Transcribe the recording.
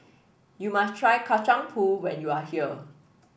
you must try Kacang Pool when you are here